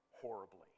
horribly